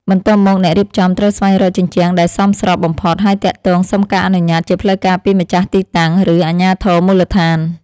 បន្ទាប់មក អ្នករៀបចំត្រូវស្វែងរកជញ្ជាំងដែលសមស្របបំផុត ហើយទាក់ទងសុំការអនុញ្ញាតជាផ្លូវការពីម្ចាស់ទីតាំង ឬអាជ្ញាធរមូលដ្ឋាន។